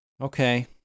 Okay